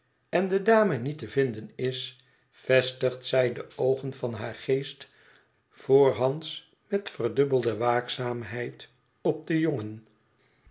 en de dame niet te vinden is vestigt zij de oogen van haar geest voorshands met verdubbelde waakzaamheid op den jongen